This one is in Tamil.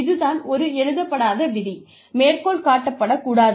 இது தான் ஒரு எழுதப்படாத விதி மேற்கோள் காட்டப்படக்கூடாது